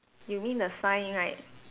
you mean the sign right